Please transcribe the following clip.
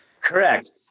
Correct